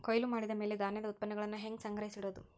ಕೊಯ್ಲು ಮಾಡಿದ ಮ್ಯಾಲೆ ಧಾನ್ಯದ ಉತ್ಪನ್ನಗಳನ್ನ ಹ್ಯಾಂಗ್ ಸಂಗ್ರಹಿಸಿಡೋದು?